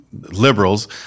liberals